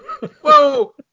Whoa